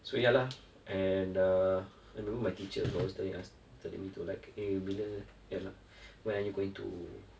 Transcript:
so ya lah and err I remember my teacher you know mister yaz telling me to like eh bila ya lah where are you going to